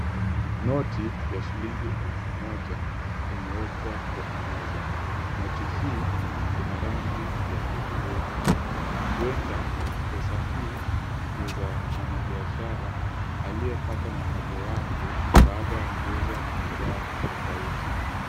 Noti ya shilingi elfu moja imewekwa kwenye meza. Noti hii ina rangi ya hudhurungi, huenda pesa hii ni za mwana biashara aliyepata mapato yake baada ya kuuza bidhaa tofauti.